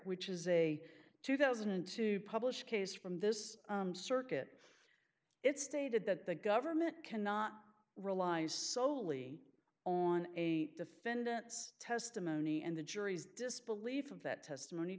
which is a two thousand and two published case from this circuit it stated that the government cannot rely solely on a defendant's testimony and the jury's disbelief of that testimony